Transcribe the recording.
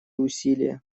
усилия